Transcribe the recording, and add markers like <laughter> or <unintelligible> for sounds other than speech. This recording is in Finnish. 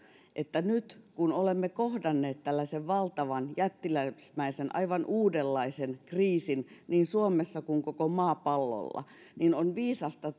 että nyt kun olemme kohdanneet tällaisen valtavan jättiläismäisen aivan uudenlaisen kriisin niin suomessa kuin koko maapallolla niin on viisasta <unintelligible>